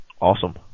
Awesome